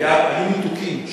היו ניתוקים.